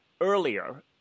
earlier